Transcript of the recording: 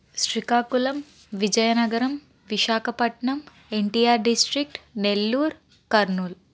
Srikakulam Vizianagaram Visakhapatnam NTR district Nellore Kurnool